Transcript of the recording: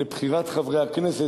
לבחירת חברי הכנסת,